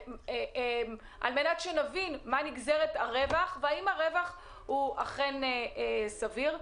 כדי שנבין מהי נגזרת הרווח והאם הרווח אכן סביר.